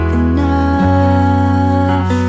enough